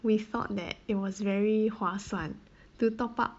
we thought that it was very 划算 to top up